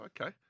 Okay